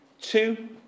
two